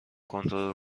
کنترل